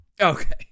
Okay